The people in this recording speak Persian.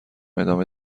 ادامه